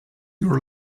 your